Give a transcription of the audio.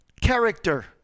character